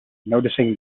noticing